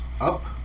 up